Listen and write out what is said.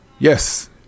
Yes